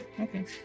Okay